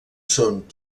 són